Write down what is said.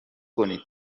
کنید